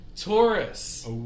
Taurus